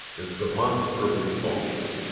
is demonstrably false,